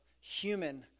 human